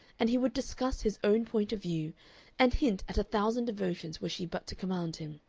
and he would discuss his own point of view and hint at a thousand devotions were she but to command him.